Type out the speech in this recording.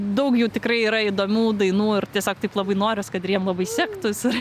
daug jų tikrai yra įdomių dainų ir tiesiog taip labai noris kad ir jiem labai sektųs ir